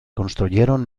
construyeron